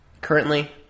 Currently